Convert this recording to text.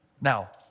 Now